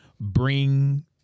bring